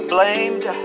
Blamed